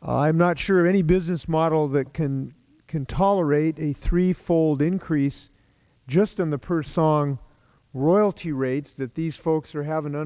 i'm not sure any business model that can can tolerate a three fold increase just in the purse on royalty rates that these folks are having to